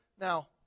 Now